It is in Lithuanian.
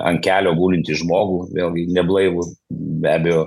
ant kelio gulintį žmogų vėlgi neblaivų be abejo